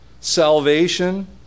Salvation